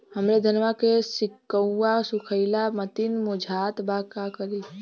हमरे धनवा के सीक्कउआ सुखइला मतीन बुझात बा का करीं?